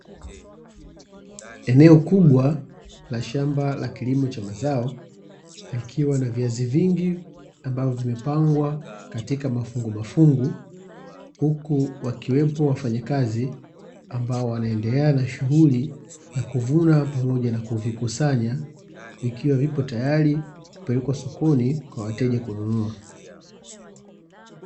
Eneo kubwa la shamba la kilimo cha mazao, likiwa na viazi vingi vilivyopangwa katika mafungu mafungu. Huku wakiwepo wafanyakazi ambao wanaoendelea na shughuli ya kuvuna pamoja na kuvikusanya vikiwa vipo tayari kupelekwa sokoni kwa ajili ya wateja kununua.